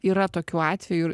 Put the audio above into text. yra tokių atvejų ir